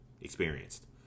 experienced